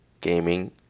gaming